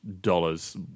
dollars